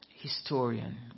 historian